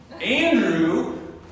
Andrew